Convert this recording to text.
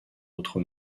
l’autre